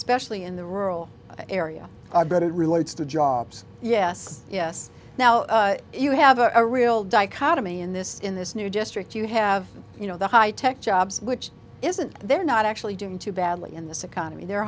specially in the rural area i bet it relates to jobs yes yes now you have a real dichotomy in this in this new district you have you know the high tech jobs which isn't they're not actually doing too badly in this economy they're